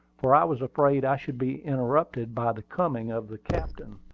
for i was afraid i should be interrupted by the coming of the captain.